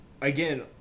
again